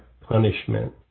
punishment